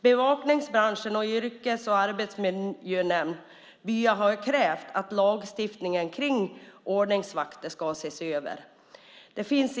Bevakningsbranschen och Yrkes och arbetsmiljönämnden, Bya, har krävt att lagstiftningen kring ordningsvakter ska ses över.